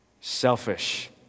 Selfish